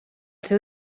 seu